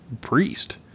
priest